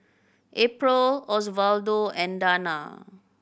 April Osvaldo and Dana